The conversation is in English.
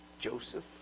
Joseph